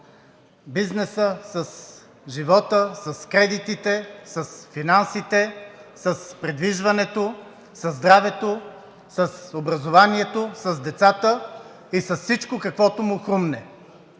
бизнеса, с живота, с кредитите, с финансите, с придвижването, със здравето, с образованието, с децата и с всичко, каквото му хрумне.